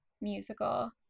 musical